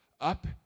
Up